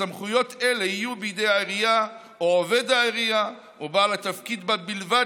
וסמכויות אלה יהיו בידי העירייה או עובד העירייה או בעל התפקיד בלבד,